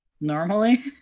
Normally